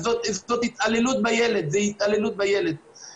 זאת לא אחריות גדולה מנשוא אלא זוהי אחריותנו ולשם כך אנחנו כאן.